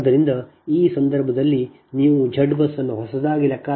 ಆದ್ದರಿಂದ ಈ ಸಂದರ್ಭದಲ್ಲಿ ನೀವು Z ಬಸ್ ಅನ್ನು ಹೊಸದಾಗಿ ಲೆಕ್ಕಾಚಾರ ಮಾಡಿದರೆ ಅದು ZBUSNEW0